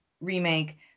remake